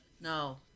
No